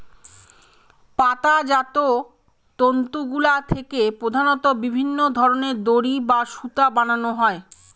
পাতাজাত তন্তুগুলা থেকে প্রধানত বিভিন্ন ধরনের দড়ি বা সুতা বানানো হয়